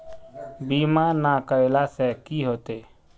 बीमा ना करेला से की होते?